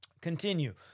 continue